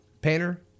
Painter